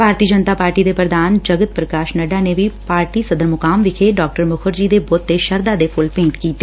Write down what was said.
ਭਾਰਤੀ Janata party ਦੇ ਪ੍ਰਧਾਨ ਜਗਤ ਪ੍ਰਕਾਸ਼ ਨੱਡਾ ਨੇ ਵੀ ਪਾਰਟੀ ਸਦਰ ਮੁਕਾਮ ਵਿਖੇ ਡਾ ਮੁਖਰਜੀ ਦੇ ਬੂੱਤ ਤੇ ਸ਼ਰਧਾ ਦੇ ਫੁੱਲ ਭੇਂਟ ਕੀਤੇ